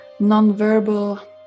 nonverbal